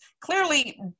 clearly